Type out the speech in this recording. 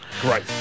Great